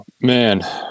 man